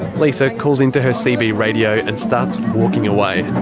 lisa calls into her cb radio. and starts walking away.